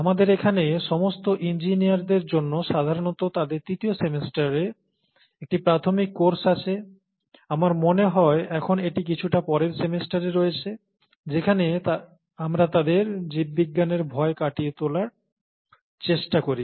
আমাদের এখানে সমস্ত ইঞ্জিনিয়ারদের জন্য সাধারণত তাদের তৃতীয় সেমিস্টারে একটি প্রাথমিক কোর্স আছে আমার মনে হয় এখন এটি কিছুটা পরের সেমিস্টারে রয়েছে যেখানে আমরা তাদের জীববিজ্ঞানের ভয় কাটিয়ে তোলার চেষ্টা করি